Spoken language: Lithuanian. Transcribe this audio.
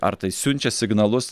ar tai siunčia signalus